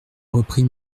reprit